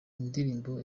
indirimbo